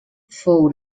fou